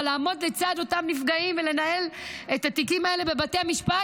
אבל לעמוד לצד אותם נפגעים ולנהל את התיקים האלה בבתי המשפט,